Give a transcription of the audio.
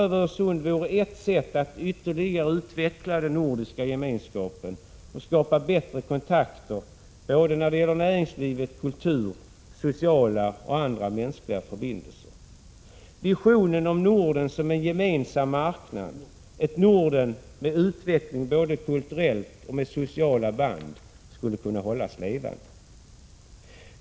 Sådana vore ett sätt att ytterligare utveckla den nordiska gemenskapen, skapa bättre kontakter när det gäller näringsliv och kultur liksom att få till stånd bättre sociala och andra relationer. Visionen av Norden som en gemensam marknad, ett Norden med utveckling av både kulturella och sociala band, skulle kunna hållas levande.